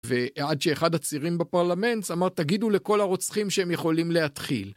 ועד שאחד הצעירים בפרלמנט אמר תגידו לכל הרוצחים שהם יכולים להתחיל.